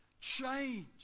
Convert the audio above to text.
change